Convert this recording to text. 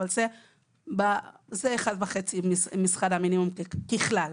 אבל זה 1.5 משכר המינימום ככלל.